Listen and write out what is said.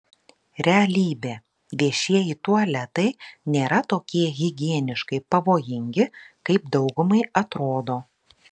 realybė viešieji tualetai nėra tokie higieniškai pavojingi kaip daugumai atrodo